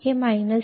हे 6 आहे